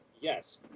yes